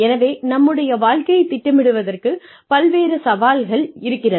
எனவே நம்முடைய வாழ்க்கையைத் திட்டமிடுவதற்கு பல்வேறு சவால்கள் இருக்கிறது